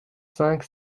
cinq